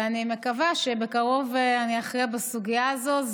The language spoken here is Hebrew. ואני מקווה שבקרוב אני אכריע בסוגיה הזו.